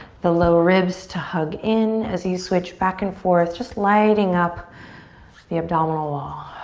the low ribs to hug in as you switch back and forth, just lighting up the abdominal wall.